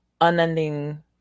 unending